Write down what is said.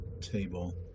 table